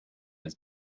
has